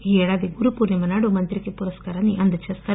ఈ ఏడాది గురుపూర్ణిమ నాడు మంత్రికి పురస్కారాన్ని అందజేస్తారు